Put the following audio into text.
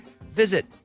visit